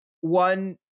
one